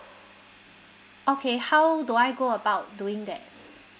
okay how do I go about doing that